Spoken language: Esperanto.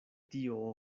tio